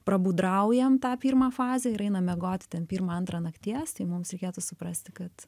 prabūdraujam tą pirmą fazę ir einam miegoti ten pirmą antrą nakties tai mums reikėtų suprasti kad